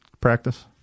Practice